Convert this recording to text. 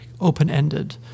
open-ended